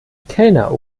kellner